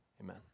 Amen